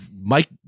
Mike